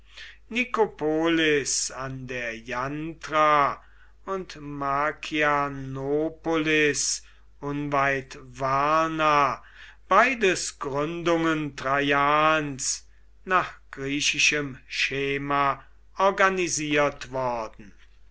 nikopolis an der jantra und markianopolis unweit varna beides gründungen traians nach griechischem schema organisiert worden